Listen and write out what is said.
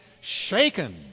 Shaken